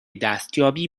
دستیابی